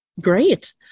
Great